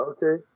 Okay